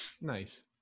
Nice